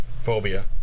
Phobia